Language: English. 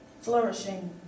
flourishing